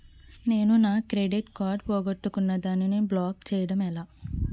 నేను నా credit card పోగొట్టుకున్నాను దానిని బ్లాక్ చేయడం ఎలా?